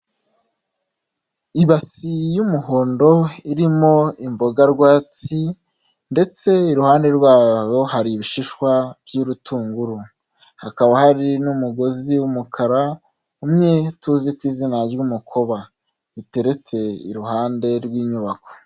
Ibasi y'umuhondo irimo imboga rwatsi ndetse iruhande rwabo hari ibishishwa by'urutunguru, hakaba hari n'umugozi w'umukara, umwe tuzi ku izina ry'umukoba, riteretse iruhande rw'inyubako.